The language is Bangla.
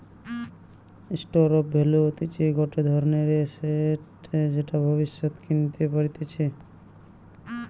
স্টোর অফ ভ্যালু হতিছে গটে ধরণের এসেট যেটা ভব্যিষতে কেনতে পারতিছে